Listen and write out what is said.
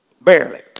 Barely